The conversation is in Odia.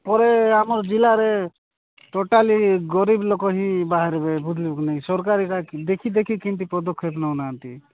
ପରେ ଆମର ଜିଲ୍ଲାରେ ଟୋଟାଲି ଗରିବ ଲୋକ ହିଁ ବାହାରିବେ ନାହିଁ ସରକାର ଦେଖି ଦେଖି କେମିତି ପଦକ୍ଷେପ ନେଉନାହାନ୍ତି